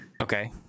Okay